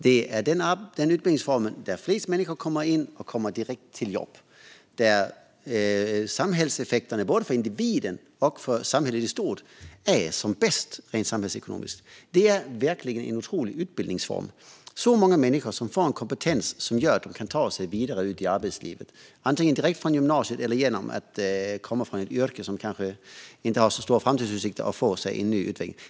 Det är den utbildningsform där flest människor kommer in och kommer direkt till jobb där effekterna både för individen och för samhället i stort är som bäst rent samhällsekonomiskt. Det är verkligen en otrolig utbildningsform. Så många människor får kompetens som gör att de kan ta sig vidare ut i arbetslivet, antingen direkt från gymnasiet eller från ett yrke som kanske inte har så stora framtidsutsikter.